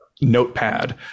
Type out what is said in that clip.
notepad